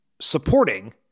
supporting